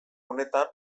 honetan